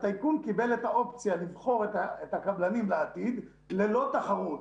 הטייקון קיבל את האופציה לבחור את הקבלנים לעתיד ללא תחרות.